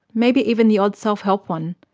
maybe even the odd self-help one,